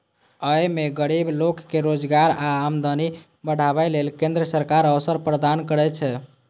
अय मे गरीब लोक कें रोजगार आ आमदनी बढ़ाबै लेल केंद्र सरकार अवसर प्रदान करै छै